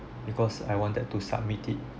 because I wanted to submit it